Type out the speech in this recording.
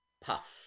puff